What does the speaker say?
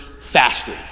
fasting